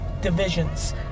divisions